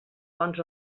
bons